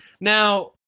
Now